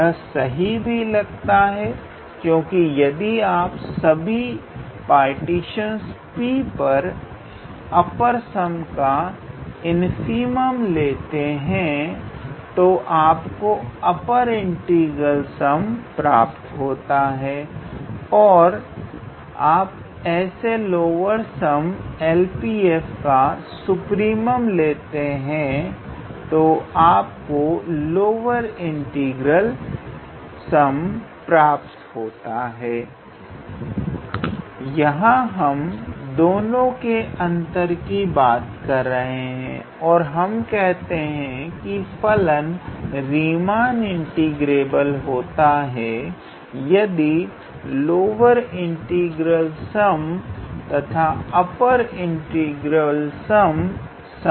यह सही भी लगता है क्योंकि यदि आप सभी पार्टीशन P पर अपर सम का इनफीमम लेते हैं तो आपको अपर इंटीग्रल सम प्राप्त होता है और यदि आप ऐसे लोअर सम LPf का सुप्रीमम लेते हैं तो आपको लोअर इंटीग्रल सम प्राप्त होता है यहां हम दोनों के अंतर की बात कर रहे हैं और हम कहते हैं कि फलन रीमान इंटीग्रेबल होता है यदि लोअर इंटीग्रल सम तथा अपर इंटीग्रल सम समान हो